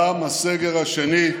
גם הסגר השני,